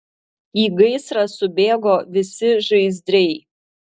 į gaisrą subėgo visi žaizdriai